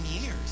years